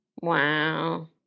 Wow